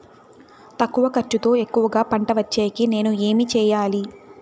తక్కువ ఖర్చుతో ఎక్కువగా పంట వచ్చేకి నేను ఏమి చేయాలి?